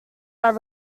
are